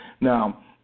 Now